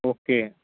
okay